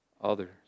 others